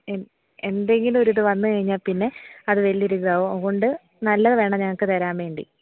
N എന്തെങ്കിലും ഒരിത് വന്ന് കഴിഞ്ഞാൽ പിന്നെ അത് വലിയ ഒരു ഇതാവും അതുകൊണ്ട് നല്ലത് വേണം ഞങ്ങൾക്ക് തരാൻ വേണ്ടി